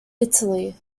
italy